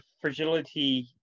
fragility